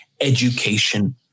education